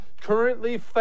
currently